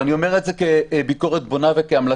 ואני אומר את זה כביקורת בונה וכהמלצה,